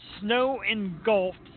snow-engulfed